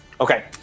Okay